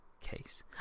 case